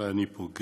אולי אני פוגע?